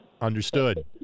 understood